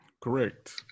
Correct